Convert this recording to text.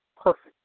perfect